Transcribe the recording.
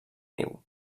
niu